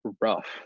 rough